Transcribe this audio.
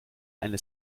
eine